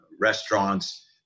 restaurants